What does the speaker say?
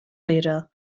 räder